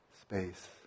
space